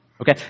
okay